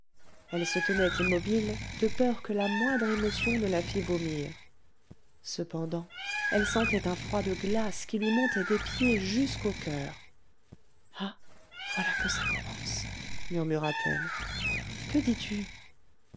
elle se tenait immobile de peur que la moindre émotion ne la fît vomir cependant elle sentait un froid de glace qui lui montait des pieds jusqu'au coeur ah voilà que ça commence murmura-t-elle que dis-tu